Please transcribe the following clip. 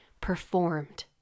performed